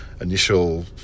initial